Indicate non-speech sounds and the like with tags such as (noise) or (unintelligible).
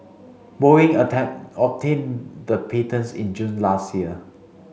Boeing (unintelligible) obtained the patents in June last year